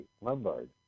Lombard